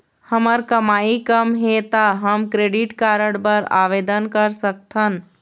हमर कमाई कम हे ता हमन क्रेडिट कारड बर आवेदन कर सकथन?